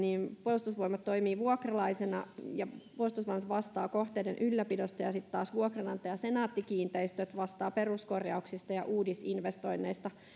puolustusvoimat toimii vuokralaisena ja vastaa kohteiden ylläpidosta ja sitten taas vuokranantaja senaatti kiinteistöt vastaa peruskorjauksista ja uudisinvestoinneista